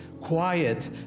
Quiet